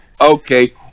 Okay